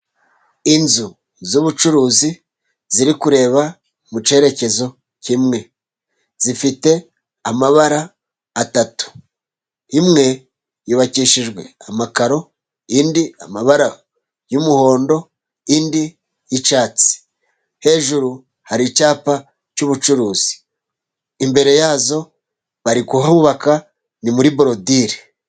Inzu z'ubucuruzi ziri kureba mu cyerekezo kimwe. Zifite amabara atatu. Imwe yubakishijwe amakaro, indi amabara y'umuhondo, indi y'icyatsi. Hejuru hari icyapa cy'ubucuruzi. Imbere yazo bari kuhubaka ,ni muri borodire.